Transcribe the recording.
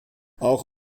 auch